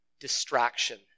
Distraction